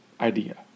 idea